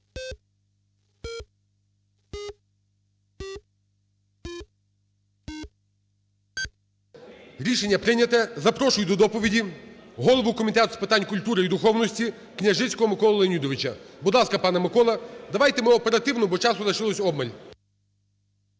Рішення прийнято. Запрошую до доповіді голову Комітету з питань культури і духовності Княжицького Миколу Леонідовича. Будь ласка, пане Микола, давайте ми оперативно, бо часу лишилося обмаль.